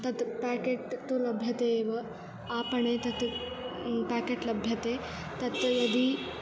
तत् प्याकेट् तु लभ्यते एव आपणे तत् प्याकेट् लभ्यते तत् यदि